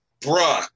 Bruh